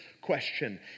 question